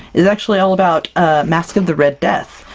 is actually all about ah masque of the red death,